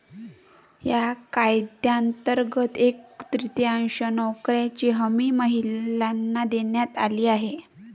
या कायद्यांतर्गत एक तृतीयांश नोकऱ्यांची हमी महिलांना देण्यात आली आहे